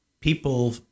people